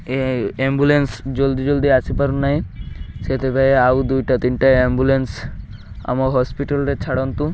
ଏ ambulance ଜଲ୍ଦି ଜଲ୍ଦି ଆସିପାରୁ ନାହିଁ ସେଥିପାଇଁ ଆଉ ଦୁଇଟା ତିନିଟା ଆମ୍ବୁଲାନ୍ସ ଆମ ହସ୍ପିଟାଲ୍ରେ ଛାଡ଼ନ୍ତୁ